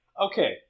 Okay